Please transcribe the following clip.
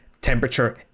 temperature